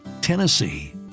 Tennessee